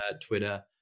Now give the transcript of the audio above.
Twitter